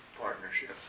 partnership